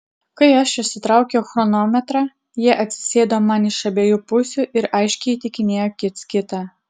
kai aš išsitraukiau chronometrą jie atsisėdo man iš abiejų pusių ir aiškiai įtikinėjo kits kitą